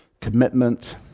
Commitment